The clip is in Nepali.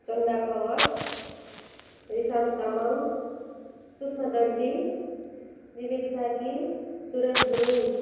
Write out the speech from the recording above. चन्दा खवास रिशान्त तामाङ सुषमा दर्जी विवेक सार्की सुरज गुरुङ